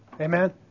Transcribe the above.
Amen